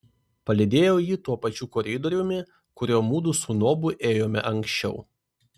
palydėjau jį tuo pačiu koridoriumi kuriuo mudu su nobu ėjome anksčiau